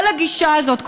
כל הגישה הזאת,